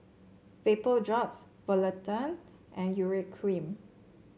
Vapodrops Polident and Urea Cream